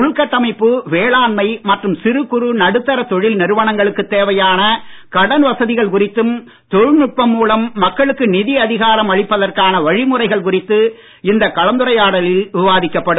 உள்கட்டமைப்பு வேளாண்மை மற்றும் சிறு குறு நடுத்தர தொழில் நிறுவனங்களுக்கு தேவையான கடன் வசதிகள் குறித்தும் தொழில்நுட்பம் மூலம் மக்களுக்கு நிதி அதிகாரம் அளிப்பதற்கான வழிமுறைகள் குறித்து இந்த கலந்துரையாடலில் விவாதிக்கப்படும்